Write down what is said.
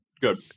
Good